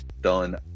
done